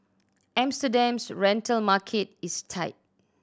Amsterdam's rental market is tight